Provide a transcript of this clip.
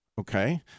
okay